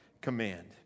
command